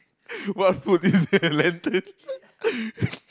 what food is the lantern